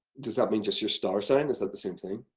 does that mean just your star sign? is that the same thing?